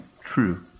true